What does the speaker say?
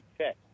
check